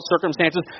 circumstances